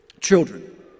Children